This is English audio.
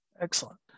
Excellent